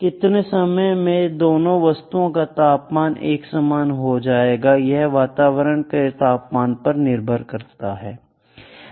कितने समय में दोनों वस्तुओं का तापमान एक एक समान हो जाएगा यह वातावरण के तापमान पर निर्भर करता है